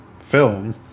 film